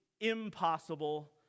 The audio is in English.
impossible